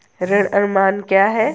ऋण अनुमान क्या है?